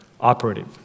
operative